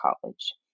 college